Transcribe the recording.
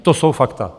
To jsou fakta!